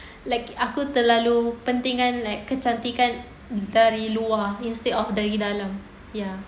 like aku terlalu pentingkan like kecantikan dari luar instead of dari dalam ya